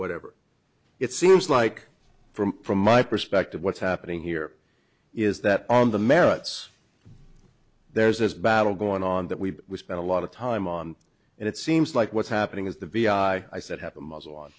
whatever it seems like from from my perspective what's happening here is that on the merits there's a battle going on that we've spent a lot of time on and it seems like what's happening is the vi i said have a muzzle on